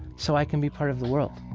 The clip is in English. so i can be part of the world